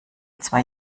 zwei